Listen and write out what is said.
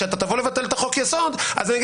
כשאתה תבוא לבטל את חוק היסוד אני אגיד